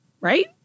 right